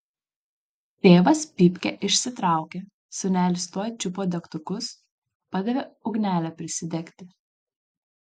tėvas pypkę išsitraukė sūnelis tuoj čiupo degtukus padavė ugnelę prisidegti